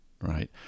right